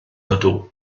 ydw